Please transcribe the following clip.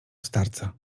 starca